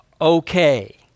okay